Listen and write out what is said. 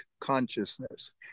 consciousness